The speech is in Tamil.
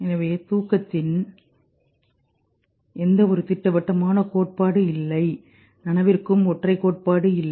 எனவே தூக்கத்தின் எந்த ஒரு திட்டவட்டமான கோட்பாடு இல்லை நனவிற்கும் ஒற்றை கோட்பாடு இல்லை